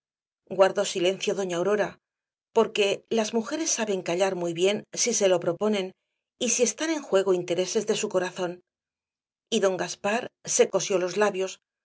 guardó silencio doña aurora porque las mujeres saben callar muy bien si se lo proponen y si están en juego intereses de su corazón y don gaspar se cosió los labios